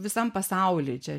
visam pasauly čia